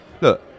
look